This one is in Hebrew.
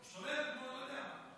השתולל כמו אני לא יודע מה.